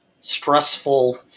stressful